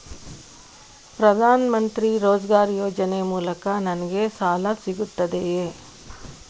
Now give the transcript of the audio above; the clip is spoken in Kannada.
ಪ್ರದಾನ್ ಮಂತ್ರಿ ರೋಜ್ಗರ್ ಯೋಜನೆ ಮೂಲಕ ನನ್ಗೆ ಸಾಲ ಸಿಗುತ್ತದೆಯೇ?